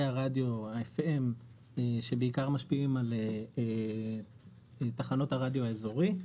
הרדיו ה FM שבעיקר משפיעים על תחנות הרדיו האזורי,